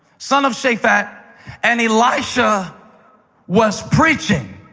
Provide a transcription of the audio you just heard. son of shaphat, and elisha was plowing.